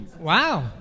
Wow